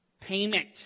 Payment